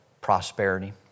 prosperity